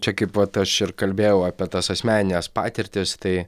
čia kaip vat aš ir kalbėjau apie tas asmenines patirtis tai